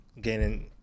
gaining